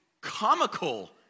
comical